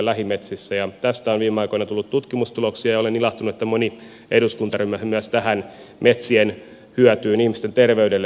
tästä on viime aikoina tullut tutkimustuloksia ja olen ilahtunut että moni eduskuntaryhmä myös tähän metsien hyötyyn ihmisten terveydelle kiinnitti huomiota